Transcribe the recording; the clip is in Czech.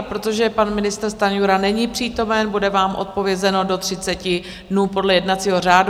Protože pan ministr Stanjura není přítomen, bude vám odpovězeno do 30 dnů podle jednacího řádu.